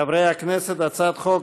חברי הכנסת, הצעת חוק